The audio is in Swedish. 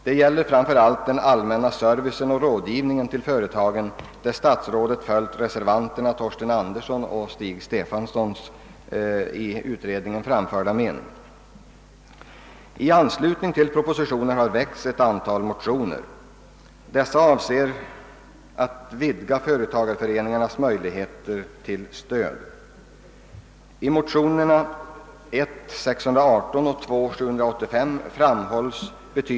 Det gäller framför allt frågan om den allmänna servicen och rådgivningen till företagen, i vilken statsrådet följt reservanterna Torsten Anderssons och Stig Stefansons i utredningen framförda mening. I anslutning till propositionen har väckts ett antal motioner. Dessa avser att vidga företagareföreningarnas möjligheter till stödgivning. blem.